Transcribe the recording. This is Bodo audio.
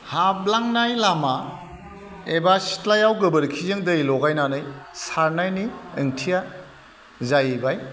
हाबलांनाय लामा एबा सिथ्लायाव गोबोरखिजों दै लगायनानै सारनायनि ओंथिया जाहैबाय